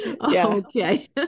Okay